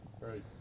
Right